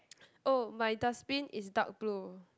oh my dustbin is dark blue